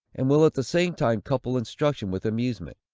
and will at the same time couple instruction with amusement.